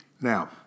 Now